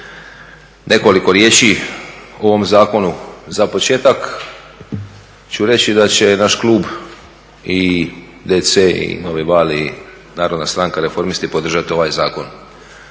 nekoliko riječi o ovom zakonu. Za početak ću reći da će naš klub i DC i Novi val i Narodna stranka reformisti podržati ovaj zakon,